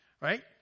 right